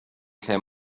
lle